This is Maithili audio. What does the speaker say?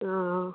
हॅं